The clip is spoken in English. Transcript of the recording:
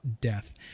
death